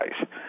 guys